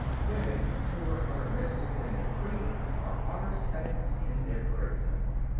women who are utter mystics in their creed are utter cynics in their criticism.